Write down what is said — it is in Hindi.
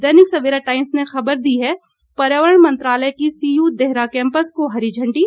दैनिक सवेरा टाइम्स ने खबर दी है पर्यावरण मंत्रालय की सीयू देहरा कैंपस को हरी झंडी